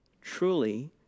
truly